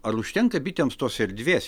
ar užtenka bitėms tos erdvės